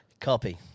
Copy